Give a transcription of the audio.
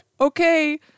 okay